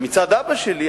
מצד אבא שלי,